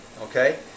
Okay